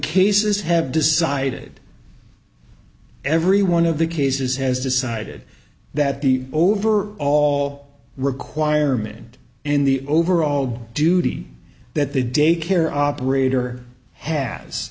cases have decided every one of the cases has decided that the over all requirement in the overall duty that the daycare operator has